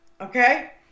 Okay